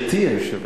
גברתי היושבת-ראש.